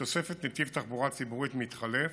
בתוספת נתיב תחבורה ציבורית מתחלף,